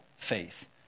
Faith